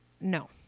no